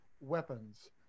Weapons